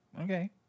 Okay